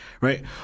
Right